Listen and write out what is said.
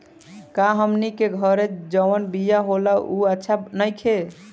का हमनी के घरे जवन बिया होला उ अच्छा नईखे?